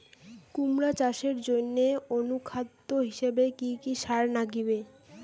কুমড়া চাষের জইন্যে অনুখাদ্য হিসাবে কি কি সার লাগিবে?